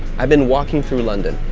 i've been walking through london,